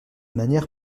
manière